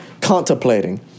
contemplating